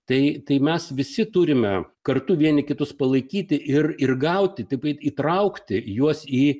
tai tai mes visi turime kartu vieni kitus palaikyti ir ir gauti taip įtraukti juos į